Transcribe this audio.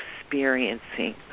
experiencing